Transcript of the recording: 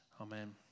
Amen